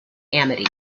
amity